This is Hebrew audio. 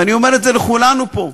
ואני אומר את זה לכולנו פה,